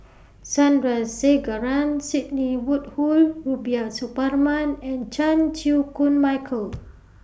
Sandrasegaran Sidney Woodhull Rubiah Suparman and Chan Chew Koon Michael